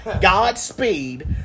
godspeed